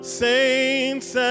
saints